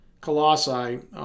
Colossae